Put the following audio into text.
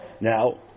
Now